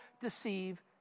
deceive